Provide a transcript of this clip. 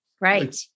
Right